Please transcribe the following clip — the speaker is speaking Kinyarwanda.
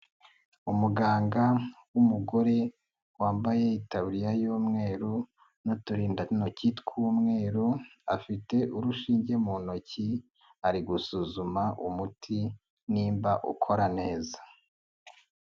Umuganga w'umugore wambaye itariya y'umweru n'uturindantoki tw'umweru afite urushinge mu ntoki ari gusuzuma umuti nimba ukora neza.